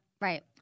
Right